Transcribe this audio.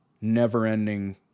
never-ending